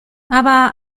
aber